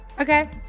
okay